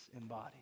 embodied